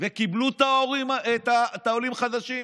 וקיבלו את העולים החדשים,